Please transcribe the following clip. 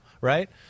right